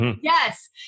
Yes